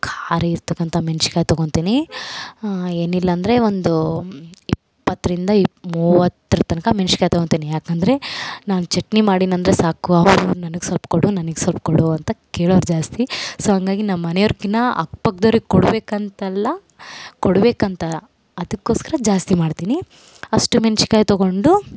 ಖಾರ ಇರ್ತಕ್ಕಂಥ ಮೆಣ್ಸಿಕಾಯ್ ತಗೊತೀನಿ ಏನಿಲ್ಲಾಂದರೆ ಒಂದು ಇಪ್ಪತ್ತರಿಂದ ಇಪ್ ಮೂವತ್ತರ ತನಕ ಮೆಣ್ಸಿಕಾಯ್ ತಗೊತೀನಿ ಯಾಕಂದರೆ ನಾನು ಚಟ್ನಿ ಮಾಡಿನಂದರೆ ಸಾಕು ಅವರಿವ್ರು ನನಗ್ ಸ್ವಲ್ಪ್ ಕೊಡು ನನಗ್ ಸ್ವಲ್ಪ್ ಕೊಡು ಅಂತ ಕೇಳೋರು ಜಾಸ್ತಿ ಸೋ ಹಂಗಾಗಿ ನಮ್ಮ ಮನೆಯವ್ರಿಗಿನ ಅಕ್ಕ ಪಕ್ದವರಿಗೆ ಕೊಡಬೇಕಂತಲ್ಲ ಕೊಡಬೇಕಂತ ಅದಕ್ಕೋಸ್ಕರ ಜಾಸ್ತಿ ಮಾಡ್ತೀನಿ ಅಷ್ಟು ಮೆಣ್ಸಿಕಾಯ್ ತೊಗೊಂಡು